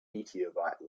meteorite